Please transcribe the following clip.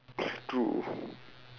true